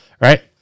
right